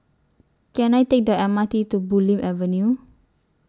Can I Take The M R T to Bulim Avenue